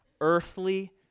earthly